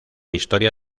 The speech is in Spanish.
historia